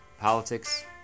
politics